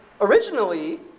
originally